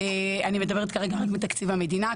אני מדברת כרגע על תקציב המדינה.